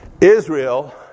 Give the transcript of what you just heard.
Israel